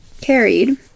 carried